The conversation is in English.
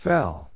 Fell